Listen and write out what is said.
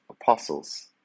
apostles